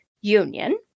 Union